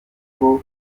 uko